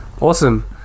Awesome